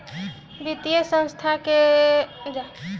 वित्तीय संस्था से व्यवसाय करे खातिर ऋण लेहल जा सकेला